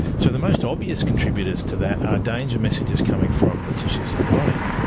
so the most obvious contributors to that are danger messages coming from the tissues of the body.